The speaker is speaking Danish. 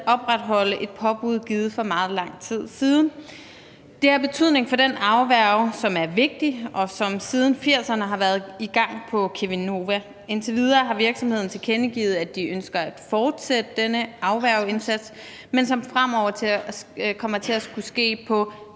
at opretholde et påbud givet for meget lang tid siden. Det har betydning for den afværge, som er vigtig, og som siden 1980'erne har været i gang på Cheminova. Indtil videre har virksomheden tilkendegivet, at de ønsker at fortsætte denne afværgeindsats, men den kommer fremover til at ske på